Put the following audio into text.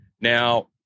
Now